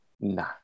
Nah